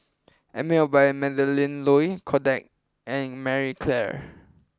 Emel by Melinda Looi Kodak and Marie Claire